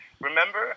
Remember